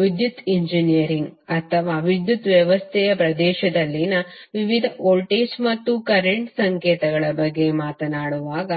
ವಿದ್ಯುತ್ ಎಂಜಿನಿಯರಿಂಗ್ ಅಥವಾ ವಿದ್ಯುತ್ ವ್ಯವಸ್ಥೆಯ ಪ್ರದೇಶದಲ್ಲಿನ ವಿವಿಧ ವೋಲ್ಟೇಜ್ ಮತ್ತು ಕರೆಂಟ್ ಸಂಕೇತಗಳ ಬಗ್ಗೆ ಮಾತನಾಡುವಾಗ